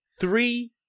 three